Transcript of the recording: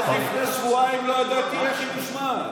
נשיא בית משפט עליון